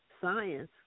science